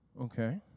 Okay